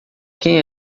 quem